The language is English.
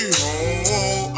home